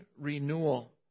renewal